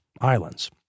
islands